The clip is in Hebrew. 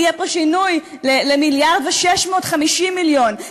יהיה פה שינוי למיליארד ו-650 מיליון,